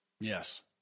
Yes